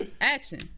action